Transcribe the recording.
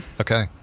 Okay